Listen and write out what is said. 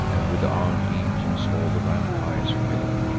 and with arm'd legions all the rampires fill'd.